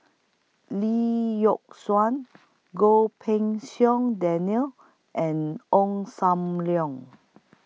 Lee Yock Suan Goh Pei Siong Daniel and Ong SAM Leong